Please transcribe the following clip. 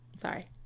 Sorry